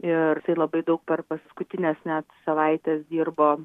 ir tai labai daug per paskutines net savaites dirbo